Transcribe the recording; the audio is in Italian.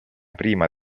prima